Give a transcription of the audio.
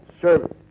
service